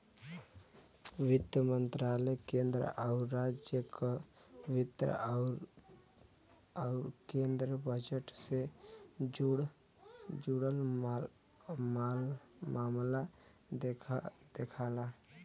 वित्त मंत्रालय केंद्र आउर राज्य क वित्त आउर केंद्रीय बजट से जुड़ल मामला देखला